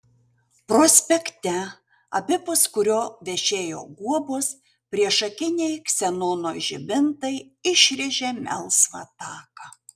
prospekte abipus kurio vešėjo guobos priešakiniai ksenono žibintai išrėžė melsvą taką